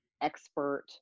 expert